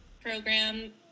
program